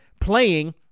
playing